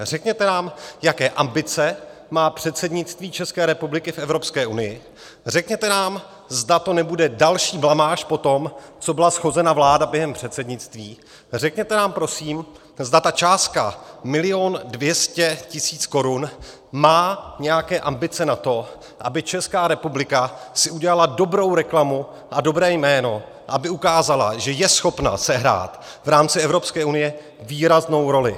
Řekněte nám, jaké ambice má předsednictví České republiky v Evropské unii, řekněte nám, zda to nebude další blamáž potom, co byla shozena vláda během předsednictví, řekněte nám prosím, zda ta částka milion dvě sta tisíc korun má nějaké ambice na to, aby Česká republika si udělala dobrou reklamu a dobré jméno a aby ukázala, že je schopna sehrát v rámci Evropské unie výraznou roli.